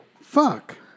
Fuck